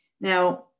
Now